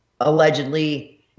allegedly